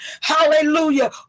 Hallelujah